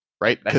Right